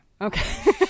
Okay